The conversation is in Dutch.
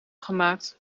gemaakt